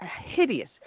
hideous